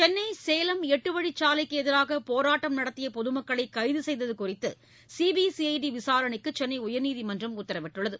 சென்னை சேலம் எட்டுவழிச் சாலைக்கு எதிராக போராட்டம் நடத்திய பொதுமக்களை கைது செய்தது குறித்து சிபிசிஐடி விசாரணைக்கு சென்னை உயர்நீதிமன்றம் உத்தரவிட்டுள்ளது